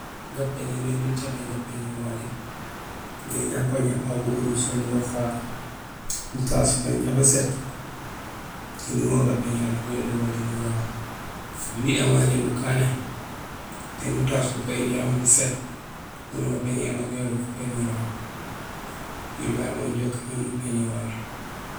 Gapéñé néni ucaméén gapéñé wali; néni akoña, aw bu garusulo inja ufaak, nutaas fukohi jaraak fuséét kinding uŋa gapéñé gagu nak uya do wali nuraaw; éni amañéén nukané, néni utaas fukoyi jaraam fuséét nuŋa gapéñé gagu nak do fukoyi nuraaw. Oli babé mé inja ukaan mémé nupéñé waal.